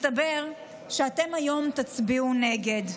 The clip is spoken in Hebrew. מסתבר שאתם היום תצביעו נגד.